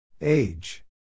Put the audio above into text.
Age